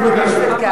חבר הכנסת כץ,